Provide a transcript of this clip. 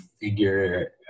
figure